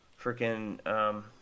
freaking